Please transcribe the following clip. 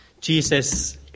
Jesus